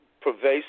pervasive